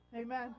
amen